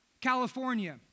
California